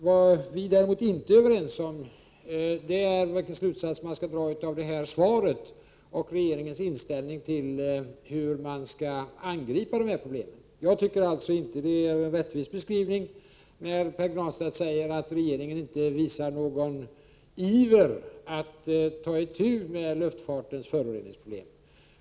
Vad vi däremot inte är överens om är vilken slutsats man skall dra av svaret och av regeringens inställning till hur problemen skall angripas. Jag tycker inte att det är en rättvis beskrivning när Pär Granstedt säger att regeringen inte visar någon iver att ta itu med luftfartens föroreningsproblem.